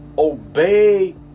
obey